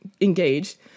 engaged